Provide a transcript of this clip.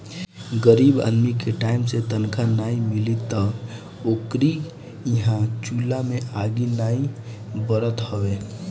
गरीब आदमी के टाइम से तनखा नाइ मिली तअ ओकरी इहां चुला में आगि नाइ बरत हवे